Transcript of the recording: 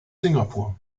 singapur